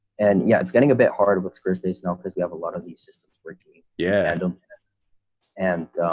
and yeah, it's getting a bit hard with squarespace now because we have a lot of these systems working yeah. and, um and